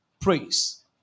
praise